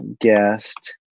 guest